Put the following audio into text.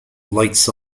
lights